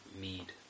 mead